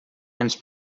ens